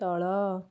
ତଳ